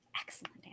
Excellent